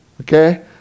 okay